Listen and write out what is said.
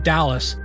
Dallas